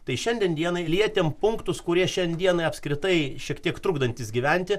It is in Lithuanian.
tai šiandien dienai lietėm punktus kurie šiandien apskritai šiek tiek trukdantys gyventi